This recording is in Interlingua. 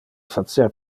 facer